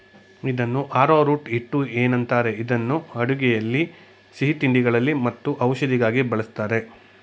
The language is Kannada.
ಇದನ್ನು ಆರೋರೂಟ್ ಹಿಟ್ಟು ಏನಂತಾರೆ ಇದನ್ನು ಅಡುಗೆಯಲ್ಲಿ ಸಿಹಿತಿಂಡಿಗಳಲ್ಲಿ ಮತ್ತು ಔಷಧಿಗಾಗಿ ಬಳ್ಸತ್ತರೆ